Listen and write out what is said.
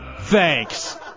Thanks